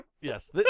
Yes